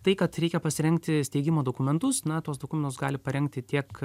tai kad reikia pasirengti steigimo dokumentus na tuos dokumentus gali parengti tiek